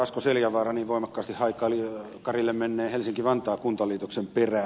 asko seljavaara niin voimakkaasti haikaili karille menneen helsinkivantaa kuntaliitoksen perään